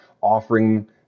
offering